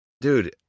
dude